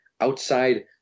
outside